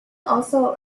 also